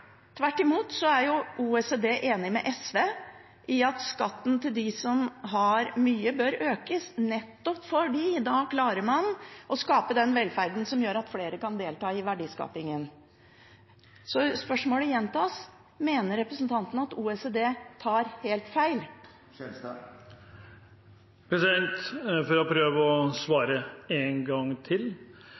Tvert imot er OECD enig med SV i at skatten til dem som har mye, bør økes, nettopp fordi man da klarer å skape den velferden som gjør at flere kan delta i verdiskapingen. Spørsmålet gjentas: Mener representanten at OECD tar helt feil? Jeg får prøve å svare en gang til.